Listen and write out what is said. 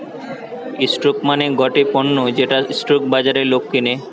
stock মানে গটে পণ্য যেটা স্টক বাজারে লোক কিনে